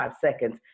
seconds